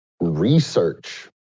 Research